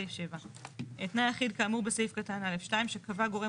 סעיף 7. תנאי אחיד כאמור בסעיף קטן (א)(2) שקבע גורם